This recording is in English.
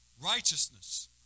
righteousness